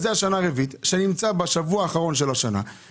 זו השנה הרביעית ואני נמצא בשבוע האחרון של השנה,